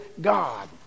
God